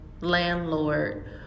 landlord